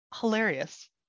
Hilarious